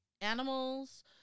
animals